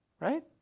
right